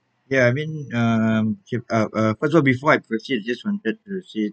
ya I mean uh um first of all before I proceed just wanted to say